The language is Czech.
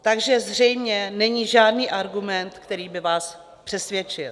Takže zřejmě není žádný argument, který by vás přesvědčil.